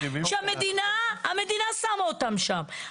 שהמדינה שמה אותם שם.